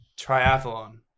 triathlon